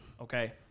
Okay